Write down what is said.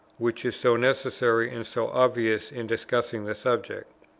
which is so necessary and so obvious in discussing the subject.